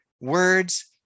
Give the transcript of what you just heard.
words